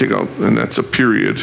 to go and that's a period